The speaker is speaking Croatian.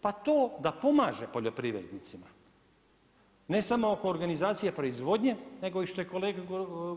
Pa to da pomaže poljoprivrednicima, ne samo oko organizacije proizvodnje nego što je kolega